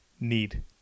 need